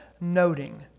noting